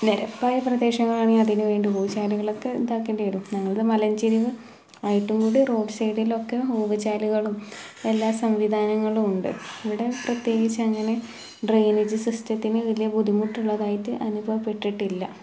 നിരപ്പായ പ്രദേശങ്ങളാണീ അതിനു വേണ്ടി ഓവ് ചാലുകളൊക്കെ ഇതാക്കേണ്ടി വരും ഞങ്ങളുടെ മലഞ്ചരിവ് ആയിട്ടു കൂടി റോഡ് സൈഡിലൊക്കെ ഓവ് ചാലുകളും എല്ലാ സംവിധാനങ്ങളും ഉണ്ട് അവിടെ പ്രത്യേകിച്ചങ്ങനെ ഡ്രൈനേജ് സിസ്റ്റത്തിന് വലിയ ബുദ്ധിമുട്ടുള്ളതായിട്ട് അനുഭവപെട്ടിട്ടില്ല